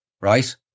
right